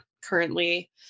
currently